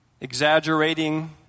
Exaggerating